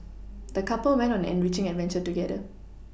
the couple went on an enriching adventure together